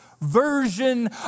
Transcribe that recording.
version